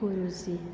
guruji